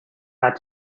had